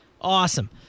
Awesome